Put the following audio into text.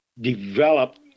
develop